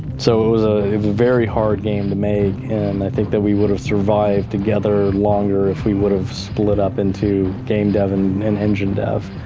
so it was a very hard game to make, and i think that we would have survived together longer if we would have split up into game dev and and engine dev.